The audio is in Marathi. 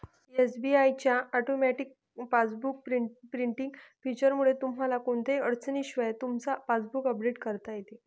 एस.बी.आय च्या ऑटोमॅटिक पासबुक प्रिंटिंग फीचरमुळे तुम्हाला कोणत्याही अडचणीशिवाय तुमचं पासबुक अपडेट करता येतं